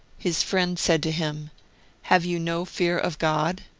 his friend said to him have you no fear of god?